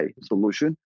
solution